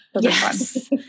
Yes